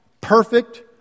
perfect